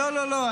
לא, לא, לא.